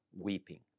weeping